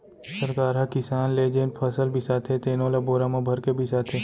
सरकार ह किसान ले जेन फसल बिसाथे तेनो ल बोरा म भरके बिसाथे